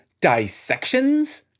dissections